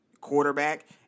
quarterback